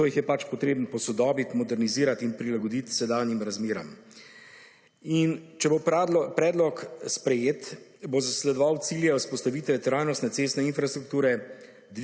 zato jih je pač potrebno posodobiti, modernizirati in prilagoditi sedanjim razmeram. In če bo predlog sprejet, bo zasledoval cilje vzpostavitve trajnostne cestne infrastrukture,